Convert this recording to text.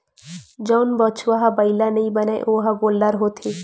जउन बछवा ह बइला नइ बनय ओ ह गोल्लर होथे